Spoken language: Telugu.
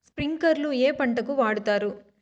స్ప్రింక్లర్లు ఏ పంటలకు వాడుతారు?